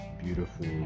Beautiful